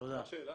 תודה.